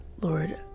Lord